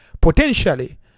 potentially